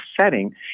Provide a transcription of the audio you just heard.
setting